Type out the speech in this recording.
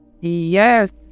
Yes